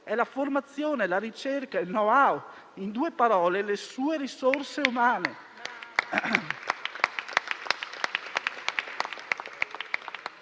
ma la formazione, la ricerca, il *know how*, in due parole le sue risorse umane.